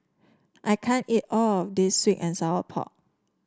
I can't eat all of this sweet and Sour Pork